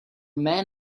man